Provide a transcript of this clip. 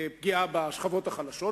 פגיעה בשכבות החלשות,